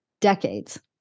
Decades